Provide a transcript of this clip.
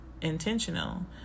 intentional